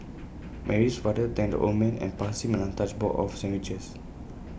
Mary's father thanked the old man and passed him an untouched box of sandwiches